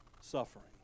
suffering